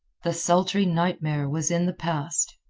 the sultry nightmare was in the past.